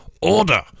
order